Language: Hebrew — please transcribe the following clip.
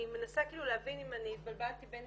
אני מנסה להבין אם התבלבלתי בין